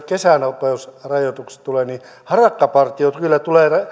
kesänopeusrajoitukset tulevat harakkapartiot kyllä tulevat